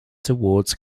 towards